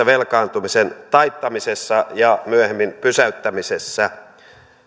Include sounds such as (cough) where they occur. (unintelligible) velkaantumisen taittamisessa ja myöhemmin pysäyttämisessä